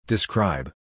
Describe